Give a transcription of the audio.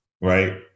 right